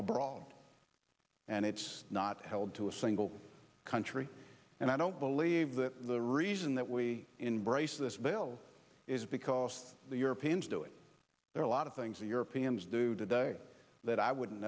abroad and it's not held to a single country and i don't believe that the reason that we embrace this bill is because the europeans do it there are a lot of things that europeans do today that i wouldn't